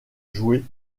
jouer